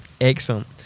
Excellent